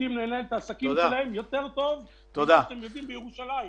יודעים לנהל את העסקים שלהם יותר טוב ממה שאתם יודעים בירושלים.